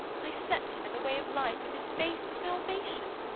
i set him in the way of life with his face to salvation.